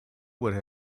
would